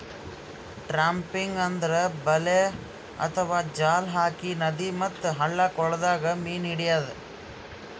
trapping ಅಂದ್ರ ಬಲೆ ಅಥವಾ ಜಾಲ್ ಹಾಕಿ ನದಿ ಮತ್ತ್ ಹಳ್ಳ ಕೊಳ್ಳದಾಗ್ ಮೀನ್ ಹಿಡ್ಯದ್